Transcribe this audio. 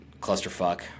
clusterfuck